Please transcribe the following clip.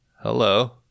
Hello